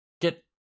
get